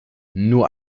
nur